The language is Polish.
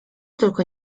tylko